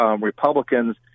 Republicans